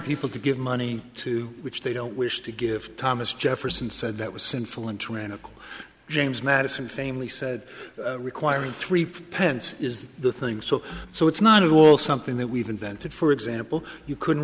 people to give money to which they don't wish to give thomas jefferson said that was sinful and tyrannical james madison family said requiring three pence is the thing so so it's not at all something that we've invented for example you couldn't